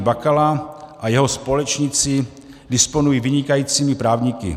Bakala a jeho společníci disponují vynikajícími právníky.